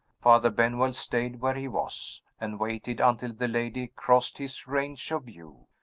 father benwell stayed where he was, and waited until the lady crossed his range of view.